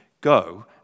go